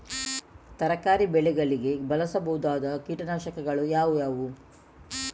ತರಕಾರಿ ಬೆಳೆಗಳಿಗೆ ಬಳಸಬಹುದಾದ ಕೀಟನಾಶಕಗಳು ಯಾವುವು?